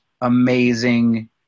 amazing